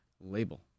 label